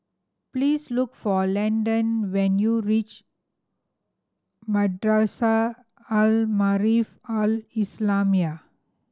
please look for Landon when you reach Madrasah Al Maarif Al Islamiah